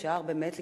אפשר באמת לקבוע,